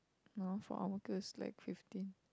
no for Ang-Mo-Kio is like fifteen